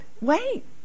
wait